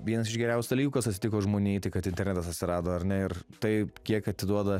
vienas iš geriausiųjų dalykų kas atsitiko žmonijai tai kad internetas atsirado ar ne ir tai kiek atiduoda